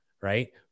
Right